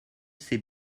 c’est